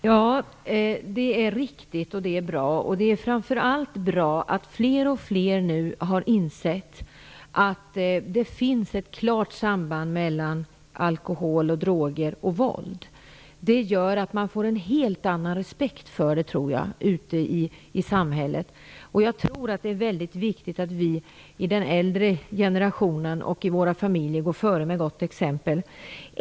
Herr talman! Det är riktigt, och det är bra. Det är framför allt bra att fler och fler nu har insett att det finns ett klart samband mellan alkohol, droger och våld. Det tror jag gör att man får en helt annan respekt för alkoholen ute i samhället. Jag tror också att det är väldigt viktigt att vi i den äldre generationen och i våra familjer går före med gott exempel.